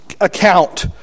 account